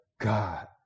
God